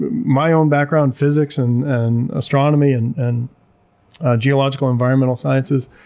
my own background, physics and and astronomy and and geological environmental sciences.